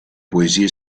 poesie